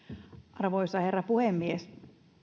arvoisa herra puhemies